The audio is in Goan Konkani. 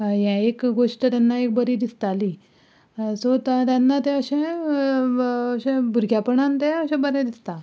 हें एक गोश्ट तेन्ना एक बरी दिसताली सो थंय तेन्ना तें अशें अशें भुरग्यांपणान तें अशें बरें दिसता